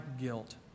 guilt